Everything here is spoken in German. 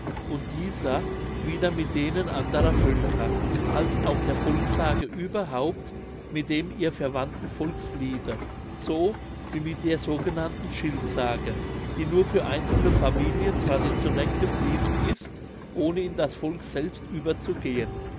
und dieser wieder mit denen anderer völker als auch der volkssage überhaupt mit dem ihr verwandten volksliede so wie mit der sogenannten schildsage die nur für einzelne familien traditionell geblieben ist ohne in das volk selbst überzugehen